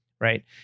right